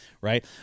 right